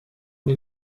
mir